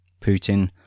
Putin